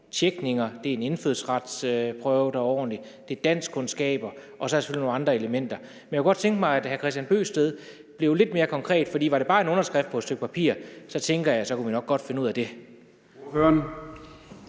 tjek; det er en indfødsretsprøve, der er ordentlig; det er danskkundskaber; og så er der selvfølgelig nogle andre elementer. Jeg kunne godt tænke mig, at hr. Kristian Bøgsted blev lidt mere konkret, for var det bare en underskrift på et stykke papir, tænker jeg at vi nok godt kunne finde ud af det.